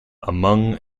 among